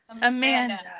Amanda